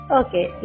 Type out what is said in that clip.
okay